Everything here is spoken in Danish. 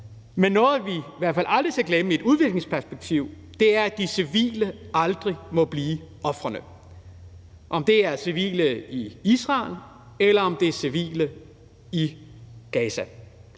i hvert fald aldrig skal glemme i et udviklingsperspektiv, er, at de civile aldrig må blive ofrene – uanset om det er civile i Israel, eller om det er civile i Gaza.